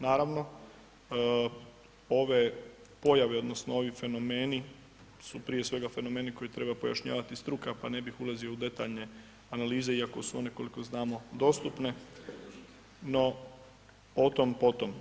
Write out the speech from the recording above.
Naravno, ove pojave odnosno ovi fenomeni su prije svega fenomeni koje treba pojašnjavati struka pa ne bih ulazio u detaljne analize iako su one koliko znamo dostupne, no o tom potom.